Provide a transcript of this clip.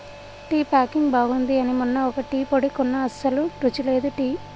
tea packing బాగుంది అని మొన్న ఒక టీ పొడి కొన్న అస్సలు రుచి లేదు టీ